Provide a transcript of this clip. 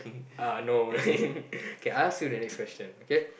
uh no K I ask you the next question K